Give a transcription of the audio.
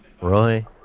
Roy